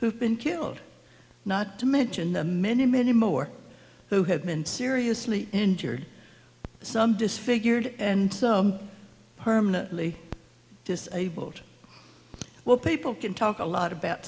who've been killed not to mention the many many more who have been seriously injured some disfigured and permanently disabled well people can talk a lot about